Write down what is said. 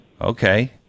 okay